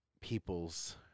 peoples